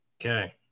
Okay